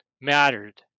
mattered